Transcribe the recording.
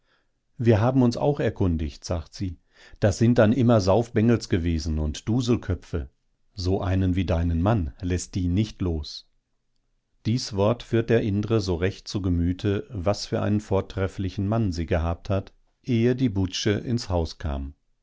wir haben uns auch erkundigt sagt sie das sind dann immer saufbengels gewesen und duselköpfe so einen wie deinen mann läßt die nicht los dies wort führt der indre so recht zu gemüte was für einen vortrefflichen mann sie gehabt hat ehe die busze ins haus kam